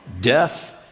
death